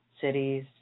cities